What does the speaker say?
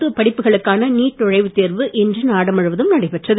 மருத்துவ படிப்புகளுக்கான நீட் நுழைவு தேர்வு இன்று நாடு முழுவதும் நடைபெற்றது